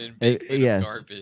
yes